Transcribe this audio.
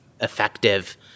effective